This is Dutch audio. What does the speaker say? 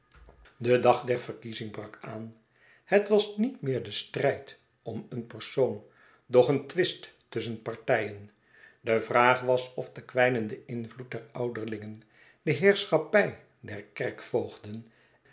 de dag der verkiezing brak aan het was niet meer de strijd orn een persoon doch een twist tusschen partijen de vraag was of de kwijnende invloed der ouderlingen de heerschappij der